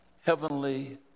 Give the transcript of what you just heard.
heavenly